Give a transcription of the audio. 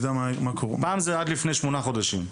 עד לפני שמונה חודשים.